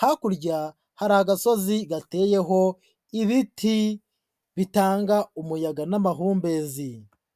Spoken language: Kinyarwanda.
hakurya hari agasozi gateyeho ibiti bitanga umuyaga n'amahumbezi.